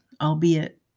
albeit